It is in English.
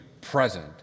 present